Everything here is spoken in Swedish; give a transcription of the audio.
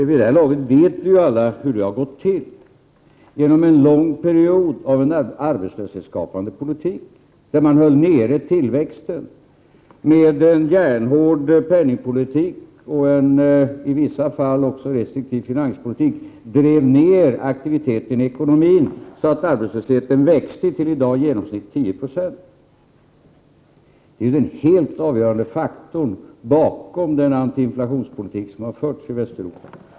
Vid det här laget vet ju alla hur det har gått till: efter en lång period av arbetslöshetsskapande politik då tillväxten hölls nere med hjälp av en järnhård penningpolitik och i vissa fall också en restriktiv finanspolitik, drev man ned aktiviteten i ekonomin, så att arbetslösheten växte till i genomsnitt 10 26, som den är i dag. Detta är ju den helt avgörande faktorn bakom den antiinflationspolitik som har förts i Västeuropa.